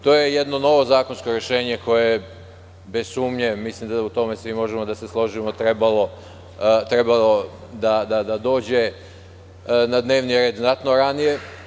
To je jedno novo zakonsko rešenje koje je, bez sumnje, mislim da u tome svi možemo da se složimo, trebalo da dođe na dnevni red znatno ranije.